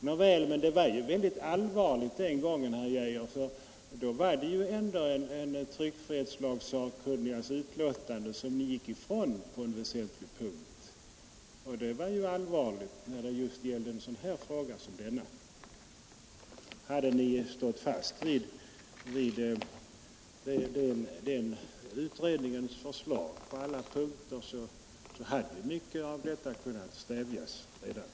Nåväl, men den här gången var det synnerligen allvarligt, herr Geijer, eftersom det var den parlamentariska yttrandeoch tryckfrihets kommitténs förslag som ni frångick på en väsentlig punkt. Om ni stått fast vid den utredningens förslag på alla punkter, hade säkert mycket av de här diskuterade följderna kunnat undvikas.